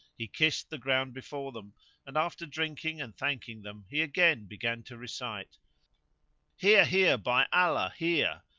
he kissed the ground before them and, after drinking and thanking them, he again began to recite here! here! by allah, here!